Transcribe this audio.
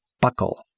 buckle